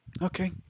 Okay